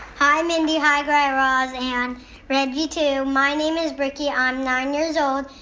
hi, mindy. hi, guy raz and reggie, too. my name is ricky. i'm nine years old.